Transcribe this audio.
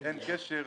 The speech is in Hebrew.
אין קשר.